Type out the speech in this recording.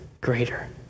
greater